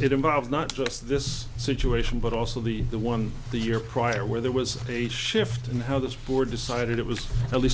it involves not just this situation but also the the one the year prior where there was a shift in how this board decided it was at least